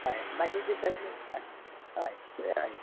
हय बाकीची सगळीं हय हय